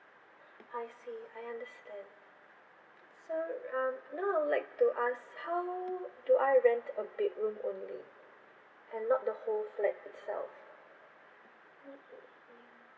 I see I understand so um now I would like to ask how do I rent a bedroom only and not the whole flat itself mm mmhmm